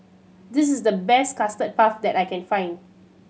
this is the best Custard Puff that I can find